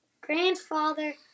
grandfather